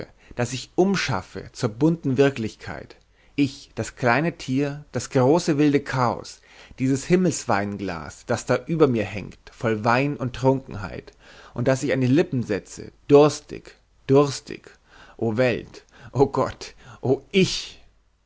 das ich umschaffe zur bunten wirklichkeit ich das kleine tier das große wilde chaos dieses himmelsweinglas das da über mir hängt voll von wein und trunkenheit und das ich an die lippen setze durstig durstig o welt o gott o ich